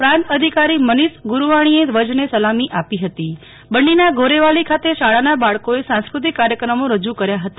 પ્રાંત અધિકારી મનીષ ગુરવાણીએ ઈવજને સલામી આપી હતી બન્નીનાં ગોરેવાલી ખાતે શાળાના બાળક્રોએ સાંસ્કૃતિક કાર્યક્રમો રજુ કર્યા ફતા